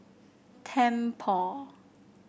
tempur